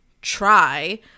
try